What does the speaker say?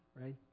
right